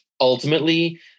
ultimately